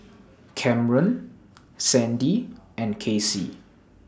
Kamren Sandie and Casey